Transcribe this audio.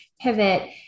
pivot